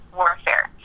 warfare